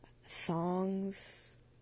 songs